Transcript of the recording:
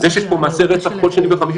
זה יש פה מעשי רצח כל שני וחמישי,